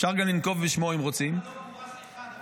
אפשר גם לנקוב בשמו אם רוצים -- לא גורש אחד.